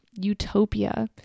utopia